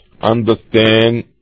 understand